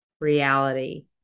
reality